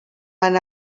van